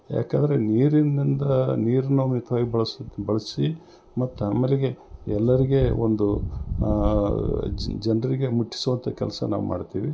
ಯಾಕಂದರೆ ನೀರಿನಿಂದ ನೀರನ್ನ ಮಿತವಾಗಿ ಬಳಸು ಬಳಸಿ ಮತ್ತು ನಮ್ಮಲ್ಲಿಗೆ ಎಲ್ಲರಿಗೆ ಒಂದು ಜನರಿಗೆ ಮುಟ್ಟಿಸುವಂಥ ಕೆಲಸ ನಾವು ಮಾಡ್ತಿವಿ